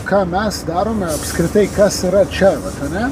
ką mes darome apskritai kas yra čia ane